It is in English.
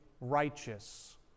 righteous